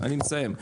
אני מסיים.